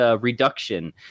reduction